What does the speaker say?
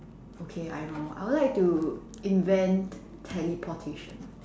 okay I know I would like to invent teleportation